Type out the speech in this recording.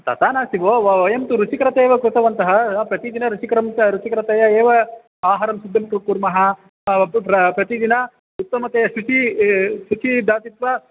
तथा नास्ति भोः व वयं तु रुचिकरतया एव कृतवन्तः प्रतिदिनं रुचिकरं च रुचिकरतया एव आहारं सिद्धं कु कुर्मः पु प्रप्रतिदिनं उत्तमतया रुचिः रुचिः नासीत् वा